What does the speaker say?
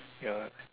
ya